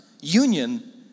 Union